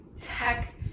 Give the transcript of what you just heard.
tech